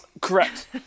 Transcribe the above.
Correct